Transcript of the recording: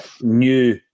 new